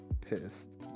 pissed